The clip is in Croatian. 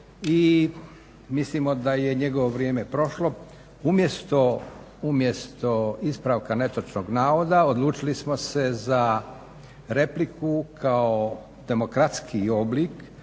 i mislimo da je njegovo vrijeme prošlo. Umjesto ispravka netočnog navoda odlučili smo se za repliku kao demokratskiji oblik,